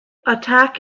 attack